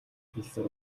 хэлсэн